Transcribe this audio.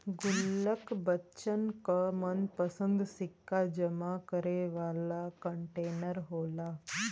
गुल्लक बच्चन क मनपंसद सिक्का जमा करे वाला कंटेनर होला